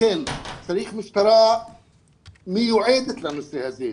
לכן צריך משטרה מיועדת לנושא הזה.